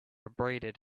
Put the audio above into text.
abraded